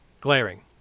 glaring